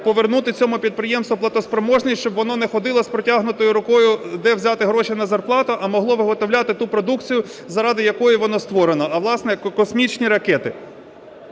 повернути цьому підприємству платоспроможність, щоб воно не ходило з протягнутою рукою, де взяти гроші на зарплату, а могло виготовляти ту продукцію, заради якої воно створено, а власне, космічні ракети.